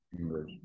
English